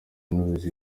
n’ubuyobozi